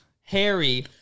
Harry